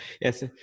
Yes